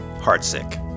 Heartsick